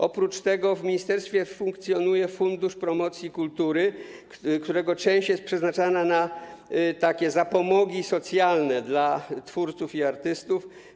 Oprócz tego w ministerstwie funkcjonuje Fundusz Promocji Kultury, którego część jest przeznaczana na zapomogi socjalne dla twórców i artystów.